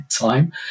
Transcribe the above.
time